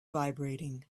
vibrating